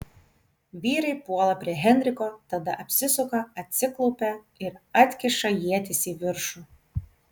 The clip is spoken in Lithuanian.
vyrai puola prie henriko tada apsisuka atsiklaupia ir atkiša ietis į viršų